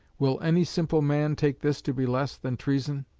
will any simple man take this to be less than treason